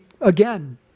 Again